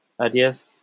ideas